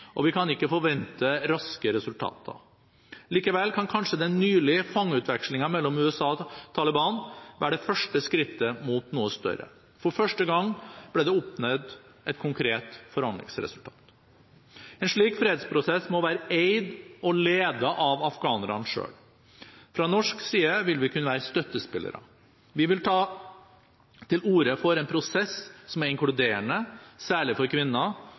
og vi kan ikke forvente raske resultater. Likevel kan kanskje den nylige fangeutvekslingen mellom USA og Taliban være det første skrittet mot noe større. For første gang ble det oppnådd et konkret forhandlingsresultat. En slik fredsprosess må være eid og ledet av afghanerne selv. Fra norsk side vil vi kunne være støttespillere. Vi vil ta til orde for en prosess som er inkluderende, særlig for kvinner,